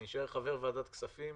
אני אשאר חבר ועדת כספים.